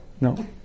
No